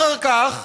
אחר כך,